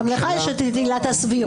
או לא יהיה להם כלי וחוקיות ומידתיות?